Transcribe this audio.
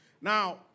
Now